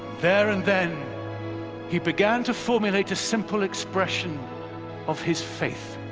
there and then he began to formulate a simple expression of his faith,